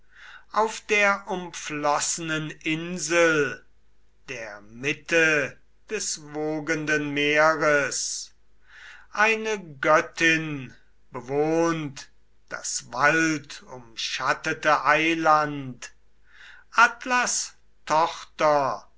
auf der umflossenen insel der mitte des wogenden meeres eine göttin bewohnt das waldumschattete eiland